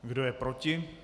Kdo je proti?